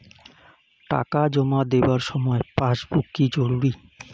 টাকা জমা দেবার সময় পাসবুক কি জরুরি?